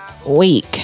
Week